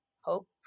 hope